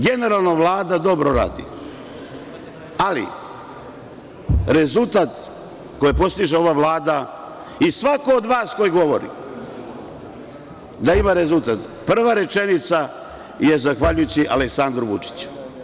Generalno Vlada dobro radi, ali rezultat koji postiže ova Vlada, i svako od vas koji govori, da ima rezultat, prva rečenica je zahvaljujući Aleksandru Vučiću.